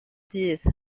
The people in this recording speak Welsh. dydd